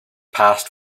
passed